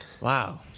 Wow